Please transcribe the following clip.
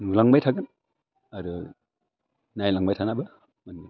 नुलांबाय थागोन आरो नायलांबाय थानोबो मोनगोन